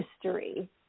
history